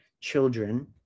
children